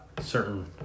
certain